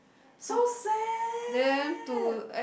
so sad